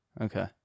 Okay